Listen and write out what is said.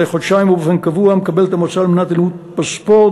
מדי חודשיים ובאופן קבוע מקבלת המועצה למניעת אלימות בספורט